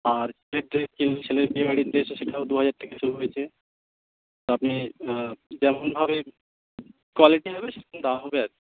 আর ছেলের ড্রেস যে ছেলের বিয়েবাড়ির ড্রেসও সেটাও দুহাজার থেকে শুরু হয়েছে তো আপনি যেমনভাবে কোয়ালিটি হবে সেরকম দাম হবে আর কি